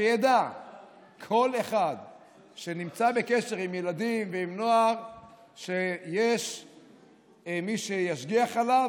שידע כל אחד שנמצא בקשר עם ילדים ועם נוער שיש מי שישגיח עליו,